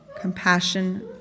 compassion